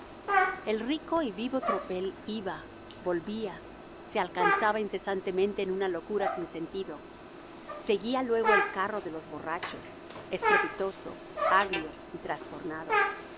el rico y vivo tropel iba volvía se alcanzaba incesantemente en una locura sin sentido seguía luego el carro de los borrachos estrepitoso agrio y trastornado